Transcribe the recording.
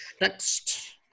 Next